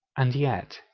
and yet,